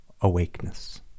awakeness